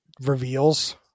reveals